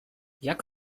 jak